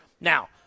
Now